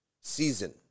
season